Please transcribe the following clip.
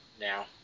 now